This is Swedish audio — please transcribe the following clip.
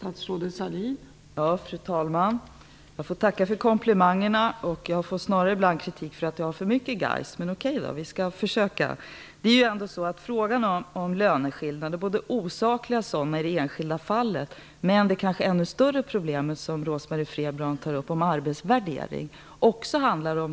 Fru talman! Jag får tacka för komplimangerna. Jag brukar snarare få kritik för att ha för mycket geist. Men, okej, vi skall försöka. Det är fråga om både osakliga löneskillnader i det enskilda fallet och de större problem som Rose-Marie Frebran tar upp om arbetsvärdering.